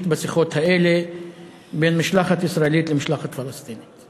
בשיחות האלה בין המשלחת הישראלית למשלחת הפלסטינית.